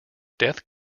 death